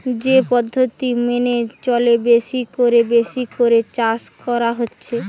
যে পদ্ধতি মেনে চলে বেশি কোরে বেশি করে চাষ করা হচ্ছে